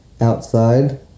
outside